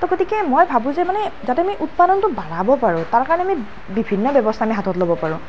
তো গতিকে মই ভাবোঁ যে যাতে মানে উৎপাদনটো বাঢ়াব পাৰোঁ তাৰকাৰণে বিভিন্ন ব্যৱস্থা আমি হাতত ল'ব পাৰোঁ